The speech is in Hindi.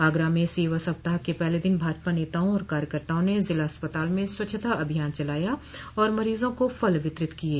आगरा में सेवा सप्ताह के पहले दिन भाजपा नेताओं और कार्यकर्ताओं ने ज़िला अस्पताल में स्वच्छता अभियान चलाया और मरीज़ों को फल वितरित किये